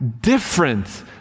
different